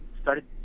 started